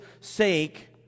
sake